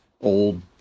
old